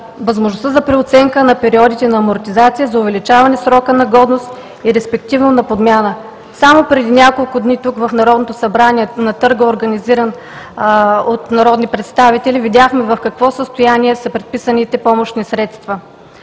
възможността за преоценка на периодите на амортизация, за увеличаване срока на годност и респективно на подмяна. Само преди няколко дни тук, в Народното събрание, на търга, организиран от народни представители, видяхме в какво състояние са предписаните помощни средства.